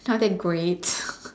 not that great